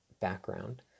background